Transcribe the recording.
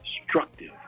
destructive